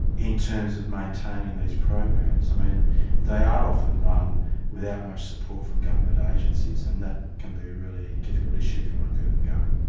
in terms of maintaining these programs. i mean they are often run without much support from government agencies, and that can be a really difficult issue if you want to keep them going.